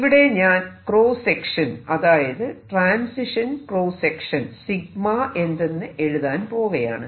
ഇവിടെ ഞാൻ cross section അതായത് ട്രാൻസിഷൻ ക്രോസ്സ് സെക്ഷൻ 𝞼 എന്തെന്ന് എഴുതാൻ പോകയാണ്